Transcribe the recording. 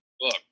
look